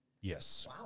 Yes